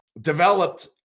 developed